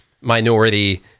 minority